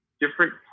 different